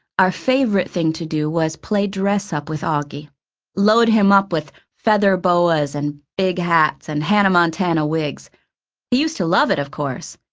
our favorite thing to do was play dress up with auggie load him up with feather boas and big hats and hannah montana wigs. he used to love it, of course,